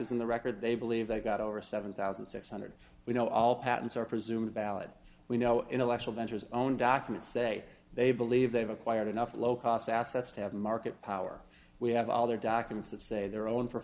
is in the record they believe they've got over seven thousand six hundred we know all patents are presumed valid we know intellectual ventures own documents say they believe they've acquired enough low cost assets to have market power we have all their documents that say their own for